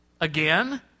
Again